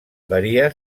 varia